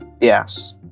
Yes